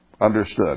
Understood